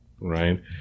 right